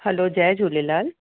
hello जय झूलेलाल